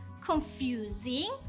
confusing